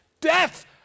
Death